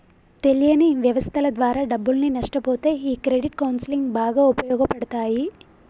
తెలియని వ్యవస్థల ద్వారా డబ్బుల్ని నష్టపొతే ఈ క్రెడిట్ కౌన్సిలింగ్ బాగా ఉపయోగపడతాయి